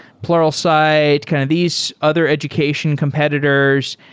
pluralsight, kind of these other education competitors.